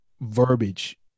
verbiage